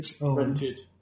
rented